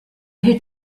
who